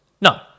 No